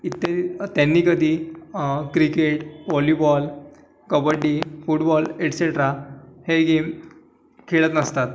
इत्यादी ते कधी cricket volleyball kabaddi football etcetera हे गेम खेळत नसतात